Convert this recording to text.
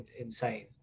insane